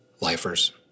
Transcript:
lifers